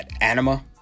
Anima